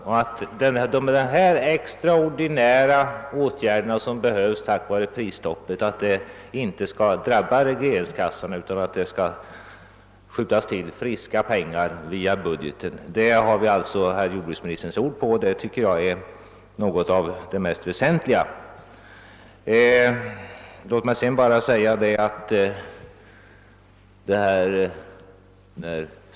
Jag är glad för att de extraordinära åtgärder som behöver vidtas på grund av prisstoppet inte skall drabba regleringskassorna, utan att friska pengar via budgeten skall tillskjutas. Vi har här jordbruksministerns ord på detta, vilket jag tycker är något av det mest väsentliga.